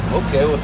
okay